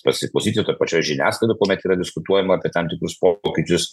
pasiklausyti toj pačioj žiniasklaidoj kuomet yra diskutuojama apie tam tikrus po pokyčius